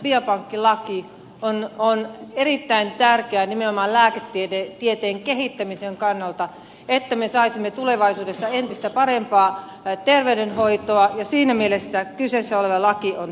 biopankkilaki on erittäin tärkeä nimenomaan lääketieteen kehittämisen kannalta että me saisimme tulevaisuudessa entistä parempaa terveydenhoitoa ja siinä mielessä kyseessä oleva laki on tärkeä